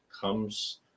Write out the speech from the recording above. comes